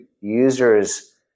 users